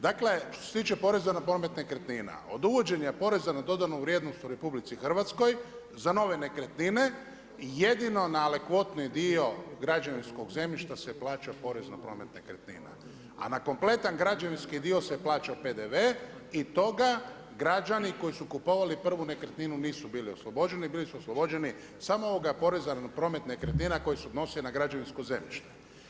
Dakle, što se tiče poreza na promet nekretnina, od uvođenja PDV-a u RH za nove nekretnine jedino, ali kvotni dio građevinskog zemljišta se plaća porezom na promet nekretnina, a na kompletan građevinski dio se plaća PDV i toga građani koji su kupovali prvu nekretninu nisu bili oslobođeni, bili su oslobođeni samo ovoga poreza na promet nekretnina koji se odnosio na građevinsko zemljište.